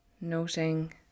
Noting